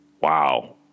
Wow